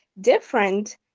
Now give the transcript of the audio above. different